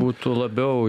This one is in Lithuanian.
būtų labiau